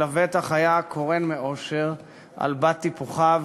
שלבטח היה קורן מאושר על בת-טיפוחיו,